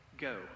go